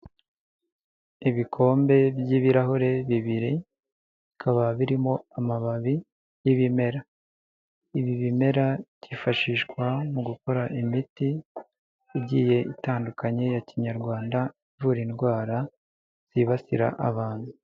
Ibikombe by'ibirahure bibiri, bikaba birimo amababi y'ibimera. Ibi bimera byifashishwa mu gukora imiti igiye itandukanye ya kinyarwanda ivura indwara zibasira abantu.